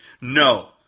No